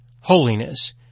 holiness